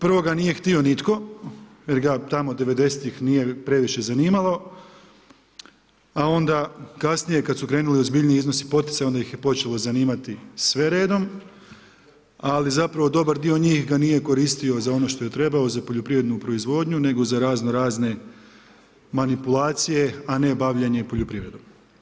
Prvo ga nije htio nitko, jel' ih tamo 90-ih nije previše zanimalo, a onda kasnije kad su krenuli u ozbiljnije iznose poticaja, onda ih je počelo zanimati sve redom ali zapravo dobar dio njih ha nije koristio za ono što je trebalo, za poljoprivrednu proizvodnju nego za raznorazne manipulacije a ne bavljenje poljoprivredom.